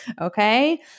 Okay